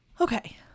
Okay